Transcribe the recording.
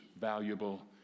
valuable